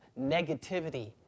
negativity